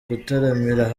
gutaramira